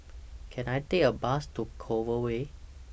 Can I Take A Bus to Clover Way